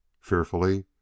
fearfully